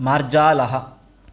मार्जालः